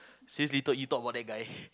since little you talk about that guy